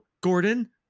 Gordon